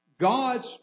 God's